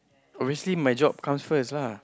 obviously my job comes first lah